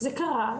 זה קרה.